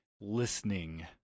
Listening